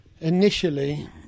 Initially